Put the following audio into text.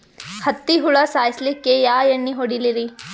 ಹತ್ತಿ ಹುಳ ಸಾಯ್ಸಲ್ಲಿಕ್ಕಿ ಯಾ ಎಣ್ಣಿ ಹೊಡಿಲಿರಿ?